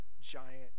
giant